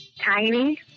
Tiny